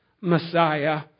Messiah